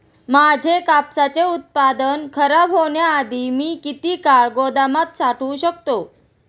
माझे कापसाचे उत्पादन खराब होण्याआधी मी किती काळ गोदामात साठवू शकतो?